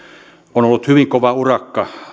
on ollut hyvin kova urakka